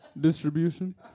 distribution